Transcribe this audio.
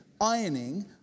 ironing